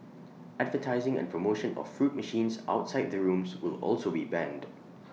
advertising and promotion of fruit machines outside the rooms will also be banned